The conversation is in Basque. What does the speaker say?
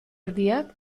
erdiak